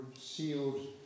sealed